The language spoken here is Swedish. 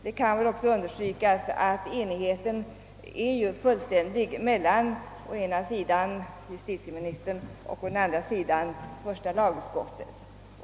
Det bör väl också understrykas att enigheten är fullständig mellan å ena sidan justitieministern och å andra sidan första lagutskottet.